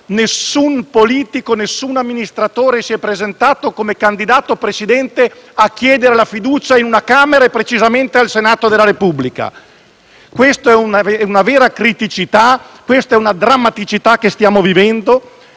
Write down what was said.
nessun politico, nessun amministratore si è presentato come candidato Presidente a chiedere la fiducia in una Camera e precisamente al Senato della Repubblica. Questa è una vera criticità, una drammaticità che stiamo vivendo